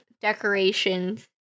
decorations